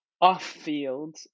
off-field